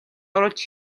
оруулж